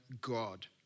God